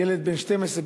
ילד בן 12,